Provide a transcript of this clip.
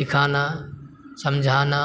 لکھانا سمجھانا